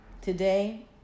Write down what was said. Today